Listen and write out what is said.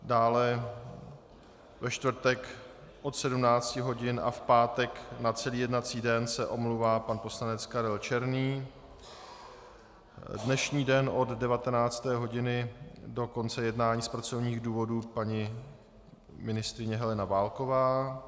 Dále ve čtvrtek od 17 hodin a v pátek na celý jednací den se omlouvá pan poslanec Karel Černý, dnešní den od 19. hodiny do konce jednání z pracovních důvodů paní ministryně Helena Válková.